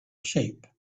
sheep